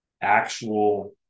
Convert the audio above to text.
actual